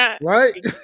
Right